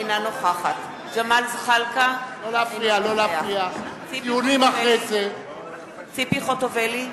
אינה נוכחת ג'מאל זחאלקה, אינו נוכח ציפי חוטובלי,